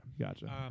gotcha